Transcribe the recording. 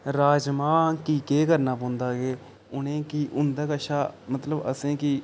राजमां गी केह् करना पौंदा केह् उ'नेंगी उं'दे कशा मतलब असेंगी